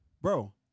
Bro